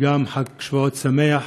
וגם חג שבועות שמח,